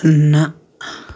نہ